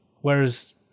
whereas